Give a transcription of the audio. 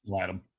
Adam